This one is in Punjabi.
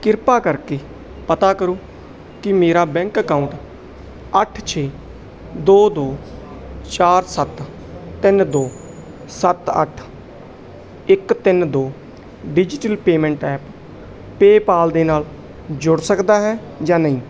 ਕ੍ਰਿਪਾ ਕਰਕੇ ਪਤਾ ਕਰੋ ਕਿ ਮੇਰਾ ਬੈਂਕ ਅਕਾਊਂਟ ਅੱਠ ਛੇ ਦੋ ਦੋ ਚਾਰ ਸੱਤ ਤਿੰਨ ਦੋ ਸੱਤ ਅੱਠ ਇੱਕ ਤਿੰਨ ਦੋ ਡਿਜਿਟਲ ਪੇਮੈਂਟ ਐਪ ਪੇਅਪਾਲ ਦੇ ਨਾਲ ਜੁੜ ਸਕਦਾ ਹੈ ਜਾਂ ਨਹੀਂ